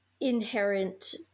inherent